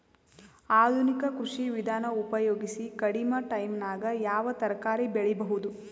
ಆಧುನಿಕ ಕೃಷಿ ವಿಧಾನ ಉಪಯೋಗಿಸಿ ಕಡಿಮ ಟೈಮನಾಗ ಯಾವ ತರಕಾರಿ ಬೆಳಿಬಹುದು?